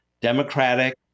democratic